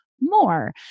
more